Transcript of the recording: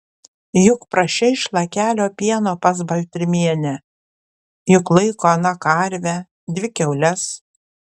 juk prašei šlakelio pieno pas baltrimienę juk laiko ana karvę dvi kiaules